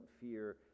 fear